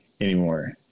anymore